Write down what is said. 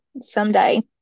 someday